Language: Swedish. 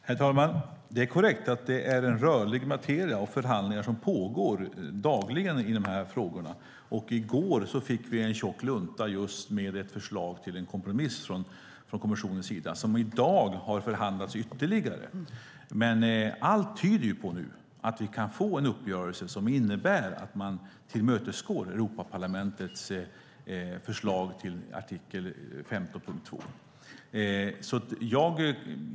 Herr talman! Det är korrekt att det är en rörlig materia, och förhandlingar pågår dagligen i dessa frågor. I går fick vi en tjock lunta med ett förslag till en kompromiss från kommissionen, som i dag har förhandlats ytterligare. Allt tyder dock på att vi kan få en uppgörelse som innebär att man tillmötesgår Europaparlamentets förslag till artikel 15.2.